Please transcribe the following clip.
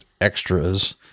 extras